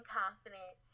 confident